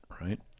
right